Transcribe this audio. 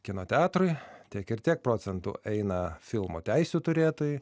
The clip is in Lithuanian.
kino teatrui tiek ir tiek procentų eina filmo teisių turėtojui